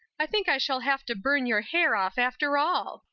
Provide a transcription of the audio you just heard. i think i shall have to burn your hair off after all.